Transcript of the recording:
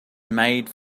made